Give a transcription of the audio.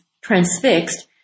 Transfixed